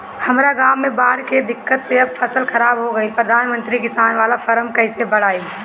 हमरा गांव मे बॉढ़ के दिक्कत से सब फसल खराब हो गईल प्रधानमंत्री किसान बाला फर्म कैसे भड़ाई?